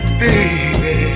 baby